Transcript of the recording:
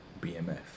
Bmf